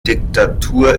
diktatur